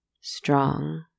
strong